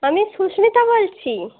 আমি সুস্মিতা বলছি